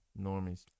Normies